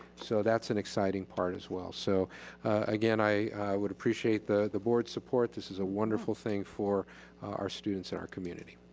so that's an exciting part as well. so again, i would appreciate the the board's support. this is a wonderful thing for our students and our community.